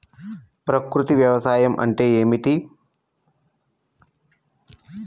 ప్రకృతి వ్యవసాయం అంటే ఏమిటి?